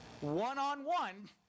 One-on-one